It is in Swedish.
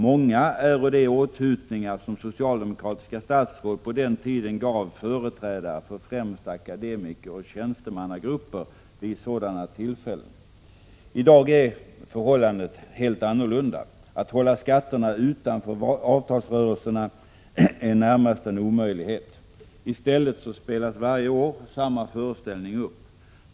Många är de åthutningar som socialdemokratiska statsråd på den tiden gav företrädare för främst akademikeroch tjänstemannagrupper vid sådana tillfällen. I dag är förhållandet annorlunda. Att hålla skatterna utanför avtalsrörelserna är närmast en omöjlighet. I stället spelas varje år samma föreställning upp.